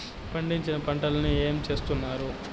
పండించిన పంటలని ఏమి చేస్తున్నారు?